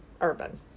urban